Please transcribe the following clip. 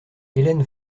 hélène